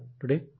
today